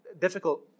difficult